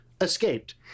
escaped